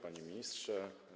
Panie Ministrze!